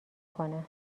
کنم